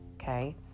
okay